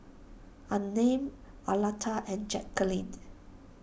Unnamed Aleta and Jackeline